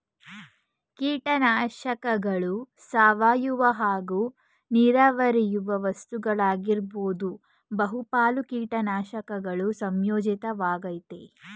ಕೀಟನಾಶಕಗಳು ಸಾವಯವ ಹಾಗೂ ನಿರವಯವ ವಸ್ತುಗಳಾಗಿರ್ಬೋದು ಬಹುಪಾಲು ಕೀಟನಾಶಕಗಳು ಸಂಯೋಜಿತ ವಾಗಯ್ತೆ